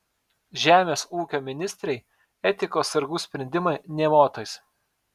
žemės ūkio ministrei etikos sargų sprendimai nė motais